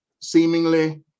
seemingly